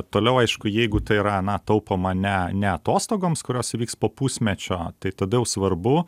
toliau aišku jeigu tai yra na taupoma ne ne atostogoms kurios įvyks po pusmečio tai tada jau svarbu